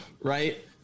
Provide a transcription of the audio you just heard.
right